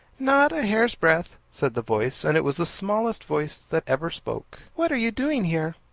not a hair's-breadth, said the voice, and it was the smallest voice that ever spoke. what are you doing here?